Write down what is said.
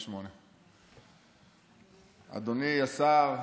188. אדוני השר,